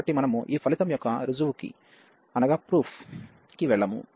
కాబట్టి మనము ఈ ఫలితం యొక్క రుజువు కి వెళ్ళము